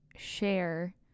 Share